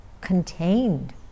contained